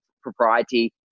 propriety